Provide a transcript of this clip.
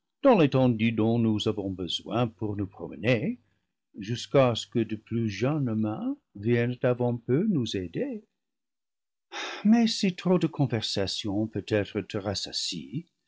dans l'étendue dont nous avons besoin pour nous promener jusqu'à ce que de plus jeunes mains viennent avant peu nous aider mais si trop de conversation peut-être te rassasie